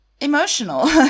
emotional